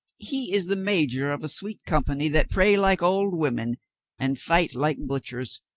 he is the major of a sweet company that pray like old women and fight like butchers,